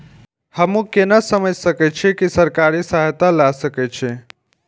हमू केना समझ सके छी की सरकारी सहायता ले सके छी?